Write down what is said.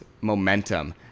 momentum